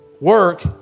work